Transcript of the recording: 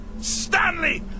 Stanley